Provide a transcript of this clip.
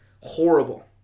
horrible